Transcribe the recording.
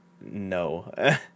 no